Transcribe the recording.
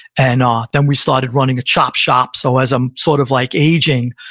and um then we started running a chop shop. so as i'm sort of like aging,